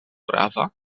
prava